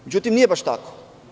Međutim, nije baš tako.